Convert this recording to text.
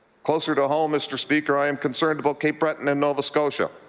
closer to home, mr. speaker, i am concerned about cape breton and nova scotia.